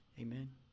Amen